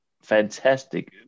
fantastic